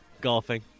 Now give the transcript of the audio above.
golfing